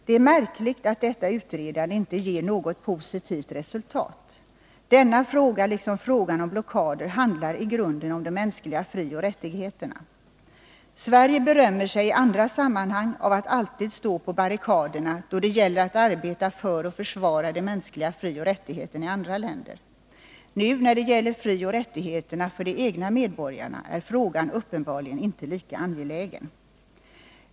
Det är märkligt att detta utredande inte ger något positivt resultat. Denna fråga liksom frågan om blockader handlar i grunden om de mänskliga frioch rättigheterna. Sverige berömmer sig i andra sammanhang av att alltid stå på barrikaderna då det gäller att arbeta för och försvara de mänskliga frioch rättigheterna i andra länder. Nu när det gäller frioch rättigheterna för de egna medborgarna är frågan uppenbarligen inte lika angelägen.